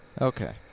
Okay